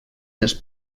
dels